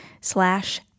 slash